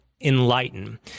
enlighten